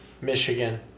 Michigan